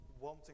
wanting